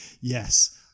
Yes